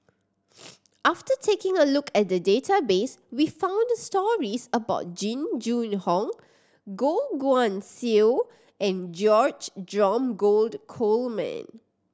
after taking a look at the database we found stories about Jing Jun Hong Goh Guan Siew and George Dromgold Coleman